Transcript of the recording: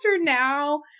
now